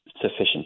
sufficient